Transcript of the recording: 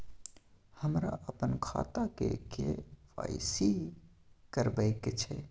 हमरा अपन खाता के के.वाई.सी करबैक छै